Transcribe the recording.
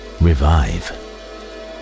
revive